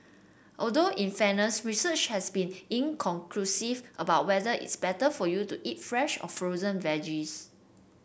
although in fairness research has been inconclusive about whether it's better for you to eat fresh or frozen veggies